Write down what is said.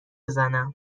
بزنم